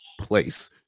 place